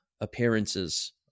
appearances